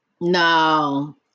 No